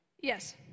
yes